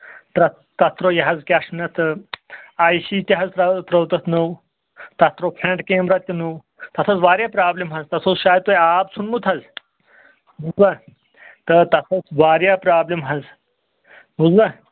تَتھ تتھ ترٛوو یہِ حظ کیٛاہ چھِ وَنان اَتھ آی سی تہِ حظ ترٛٲو تَتھ نوٚو تَتھ ترٛوو فرنٛٹ کیمرا تہِ نوٚو تَتھ ٲس واریاہ پرٛابلِم حظ تَتھ اوس شایَد تۄہہِ آب ژھُنمُت حظ بوٗزوا تہٕ تَتھ ٲس واریاہ پرٛابلِم حظ بوٗزوا